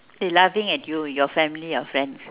they laughing at you your family your friends